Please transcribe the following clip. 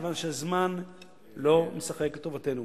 כיוון שהזמן לא משחק לטובתנו.